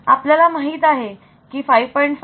आपल्याला माहित आहे की 5